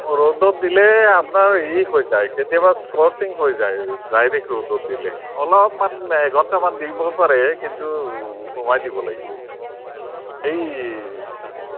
ৰ'দত দিলে আপোনাৰ ই হৈ যায় কেতিয়াবা স্কচিং হৈ যায় ডাইৰেক্ট ৰ'দত দিলে অলপমান এঘণ্টামান দিব পাৰে কিন্তু সোমাই দিব লাগিব এই